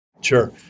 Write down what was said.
Sure